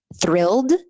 thrilled